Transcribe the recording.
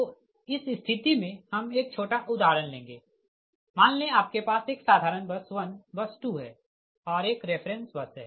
तो इस स्थिति मे हम एक छोटा उदाहरण लेंगे मान ले आपके पास एक साधारण बस 1 बस 2 है और 1 रेफ़रेंस बस है